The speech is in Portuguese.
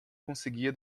conseguia